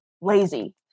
lazy